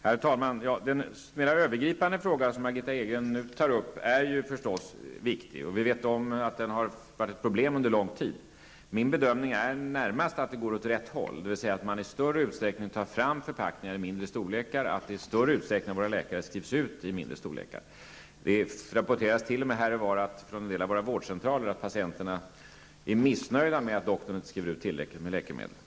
Herr talman! Den mera övergripande fråga som Margitta Edgren nu tar upp är förstås viktig. Vi vet att detta under lång tid har varit ett problem. Min bedömning är att det går åt rätt håll, dvs. att man i större utsträckning tar fram förpackningar i mindre storlekar och att våra läkare i större utsträckning skriver ut läkemedel i mindre förpackningar. Det rapporteras t.o.m. från en del av våra vårdcentraler att patienterna är missnöjda med att doktorn inte skriver ut tillräckligt med läkemedel.